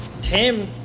Tim